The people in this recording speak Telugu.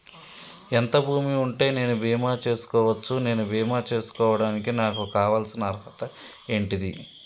ఎంత భూమి ఉంటే నేను బీమా చేసుకోవచ్చు? నేను బీమా చేసుకోవడానికి నాకు కావాల్సిన అర్హత ఏంటిది?